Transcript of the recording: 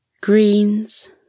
greens